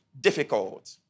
difficult